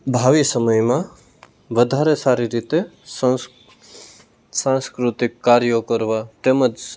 ભાવિ સમયમાં વધારે સારી રીતે સંસ્ સાંસ્કૃતિક કાર્યો કરવા તેમજ